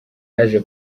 yaje